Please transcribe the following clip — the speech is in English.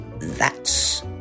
That's